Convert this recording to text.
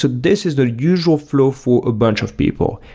so this is the usual flow for a bunch of people.